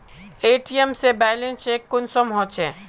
ATM से balance check कुंसम होचे?